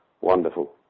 wonderful